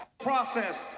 Process